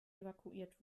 evakuiert